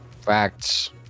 Facts